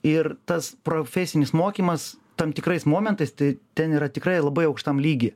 ir tas profesinis mokymas tam tikrais momentais tai ten yra tikrai labai aukštam lygyje